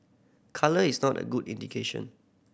colour is not a good indication